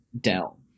Dell